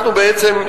אנחנו בעצם,